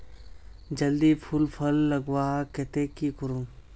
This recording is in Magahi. जल्दी फूल फल लगवार केते की करूम?